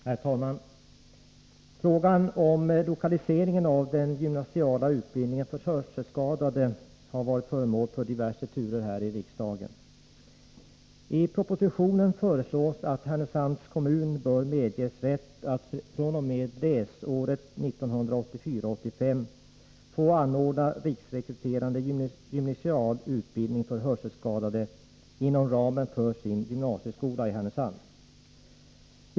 Herr talman! Frågan om lokaliseringen av den gymnasiala utbildningen för hörselskadade har varit föremål för diverse turer här i riksdagen. I propositionen föreslås att Härnösands kommun skall medges rätt att fr.o.m. läsåret 1984/85 anordna riksrekryterande gymnasial utbildning för hörselskadade inom ramen för sin gymnasieskola i Härnösand.